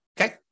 Okay